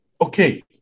okay